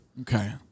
Okay